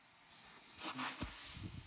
mm